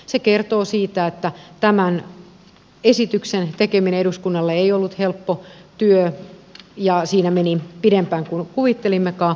se kertoo siitä että tämän esityksen tekeminen eduskunnalle ei ollut helppo työ ja siinä meni pidempään kuin kuvittelimmekaan